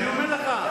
אני אומר לך.